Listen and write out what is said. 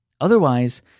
Otherwise